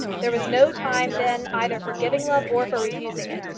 there was no time then either for giving love or for refusing it.